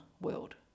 world